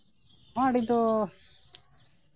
ᱦᱮᱸ ᱫᱚ